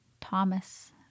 Thomas